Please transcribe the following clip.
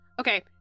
Okay